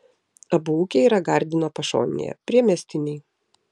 abu ūkiai yra gardino pašonėje priemiestiniai